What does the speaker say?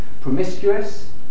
promiscuous